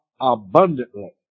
abundantly